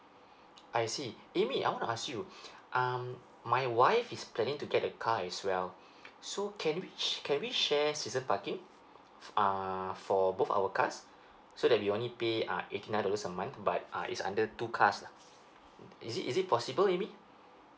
I see amy I wanna ask you um my wife is planning to get a car as well so can we can we share season parking err for both our cars so that we only pay uh eighty nine dollars a month but uh is under two cars lah is it is it possible amy